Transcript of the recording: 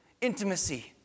Intimacy